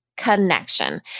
connection